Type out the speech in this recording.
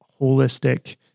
holistic